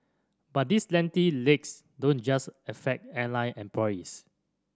but these lengthy legs don't just affect airline employees